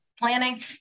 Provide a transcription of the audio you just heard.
planning